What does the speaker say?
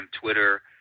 Twitter